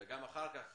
וגם אחר כך,